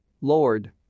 Lord